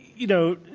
you know,